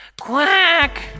Quack